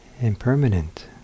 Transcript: Impermanent